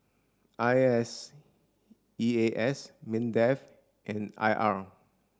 I S E A S MINDEF and I R